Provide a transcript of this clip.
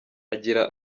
agira